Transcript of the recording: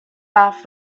off